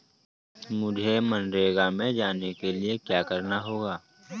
मुझे मनरेगा में जाने के लिए क्या करना होगा?